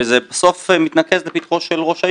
וזה בסוף מתנקז לפתחו של ראש העיר,